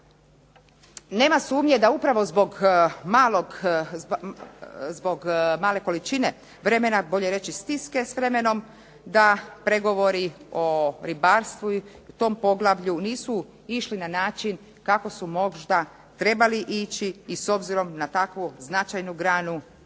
Nema sumnje da upravo zbog male količine vremena, bolje reći stiske s vremenom da pregovori o ribarstvu i o tom poglavlju nisu išli na način kako su možda trebali ići. I s obzirom na takvu značajnu granu